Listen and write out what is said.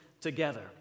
together